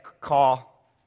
call